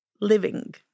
living